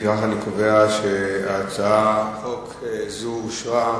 לפיכך אני קובע שהצעת חוק זו אושרה,